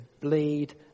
bleed